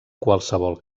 qualsevol